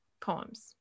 poems